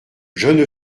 jeune